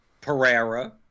Pereira